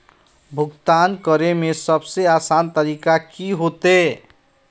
भुगतान करे में सबसे आसान तरीका की होते?